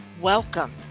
Welcome